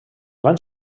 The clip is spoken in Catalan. van